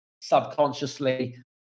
subconsciously